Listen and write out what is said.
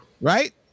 Right